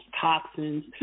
toxins